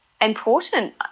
important